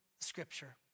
Scripture